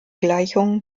gleichungen